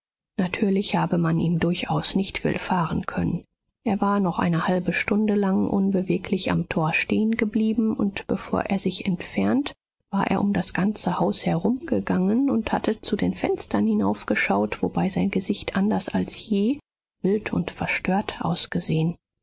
natürlich habe man ihm durchaus nicht willfahren können er war noch eine halbe stunde lang unbeweglich am tor stehengeblieben und bevor er sich entfernt war er um das ganze haus herumgegangen und hatte zu den fenstern hinaufgeschaut wobei sein gesicht anders als je wild und verstört ausgesehen